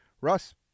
Russ